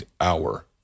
hour